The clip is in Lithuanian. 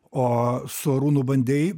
o su arūnu bandei